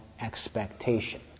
expectation